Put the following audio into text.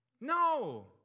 No